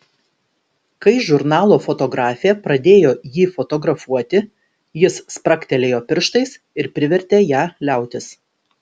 kai žurnalo fotografė pradėjo jį fotografuoti jis spragtelėjo pirštais ir privertė ją liautis